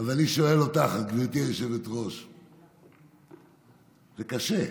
אז אני שואל אותך, גברתי היושבת-ראש, זה קשה,